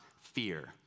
fear